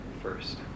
first